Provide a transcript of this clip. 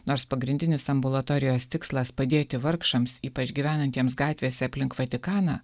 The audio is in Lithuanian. nors pagrindinis ambulatorijos tikslas padėti vargšams ypač gyvenantiems gatvėse aplink vatikaną